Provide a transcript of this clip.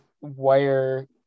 wire